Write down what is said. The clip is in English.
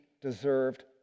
deserved